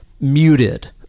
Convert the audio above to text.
muted